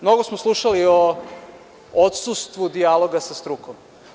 Mnogo smo slušali o odsustvu dijaloga sa strukom.